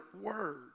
word